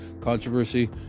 Controversy